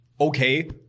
okay